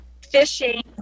fishing